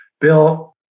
Bill